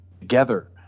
together